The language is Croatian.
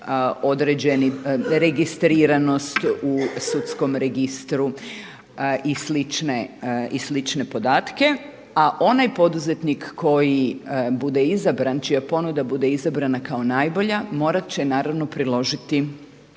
određeni registriranost u sudskom registru i slične podatke, a onaj poduzetnik koji bude izabran čija ponuda bude izrabrana kao najbolja morat će naravno priložiti